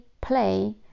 play